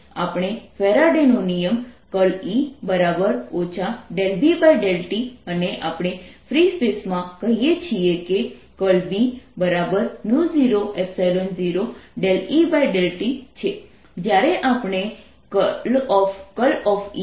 આપણે ફેરાડે નિયમ Faradays law × E B∂t અને આપણે ફ્રી સ્પેસ માં કહીએ છીએ કે × B00E∂t છે